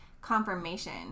confirmation